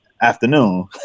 afternoon